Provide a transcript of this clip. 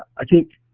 i think,